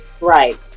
Right